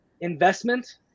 investment